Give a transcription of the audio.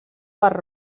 per